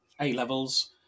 A-levels